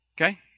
Okay